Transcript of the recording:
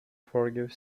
forgive